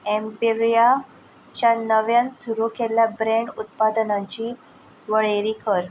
एम्पेरियाच्या नव्यान सुरू केल्ल्या ब्रँड उत्पादनांची वळेरी कर